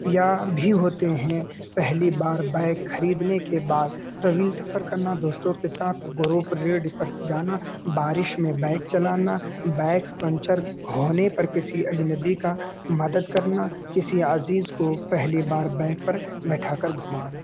یا بھی ہوتے ہیں پہلی بار بائک خریدنے کے بعد طویل سفر کرنا دوستوں کے ساتھ گرو پریڈ پر جانا بارش میں بائک چلانا بائیک پنچر ہونے پر کسی اجنبی کا مدد کرنا کسی عزیز کو پہلی بار بائک پر بیٹھا کر گھمانا